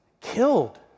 killed